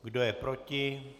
Kdo je proti?